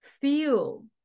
feel